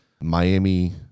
Miami